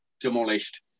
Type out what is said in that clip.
demolished